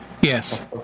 Yes